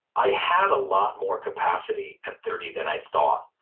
i had a lot more capacity at thirty than i thought.